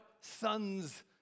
sons